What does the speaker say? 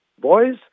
boys